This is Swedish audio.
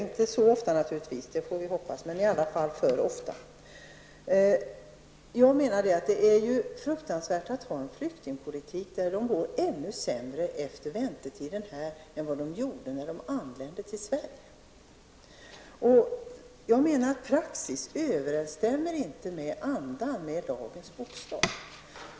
Det är fruktansvärt att vi bedriver en flyktingpolitik som gör att flyktingarna mår ännu sämre efter väntetiden än de gjorde när de anlände till Sverige. Jag anser att praxis inte överensstämmer med lagens bokstav och anda.